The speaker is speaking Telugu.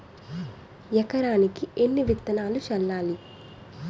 ఎకరానికి ఎన్ని విత్తనాలు చల్లాలి?